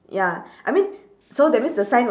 ya I mean so that means the sign